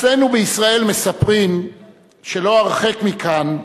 אצלנו בישראל מספרים שלא הרחק מכאן,